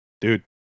Dude